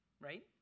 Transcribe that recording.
right